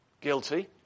Guilty